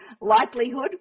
likelihood